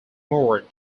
moored